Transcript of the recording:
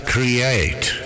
create